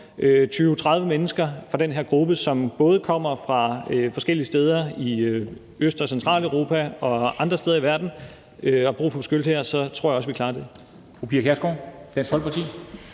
20-30 mennesker fra den her gruppe, som både kommer fra forskellige steder i Øst- og Centraleuropa og fra andre steder i verden, og som har brug for beskyttelse her, så tror jeg også, vi klarer det.